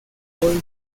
hoy